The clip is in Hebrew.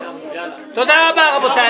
תודה רבה, רבותיי.